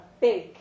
big